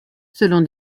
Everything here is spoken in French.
selon